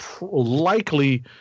likely